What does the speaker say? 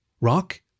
Rock